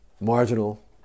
marginal